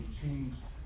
changed